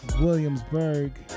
Williamsburg